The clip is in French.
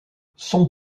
son